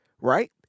right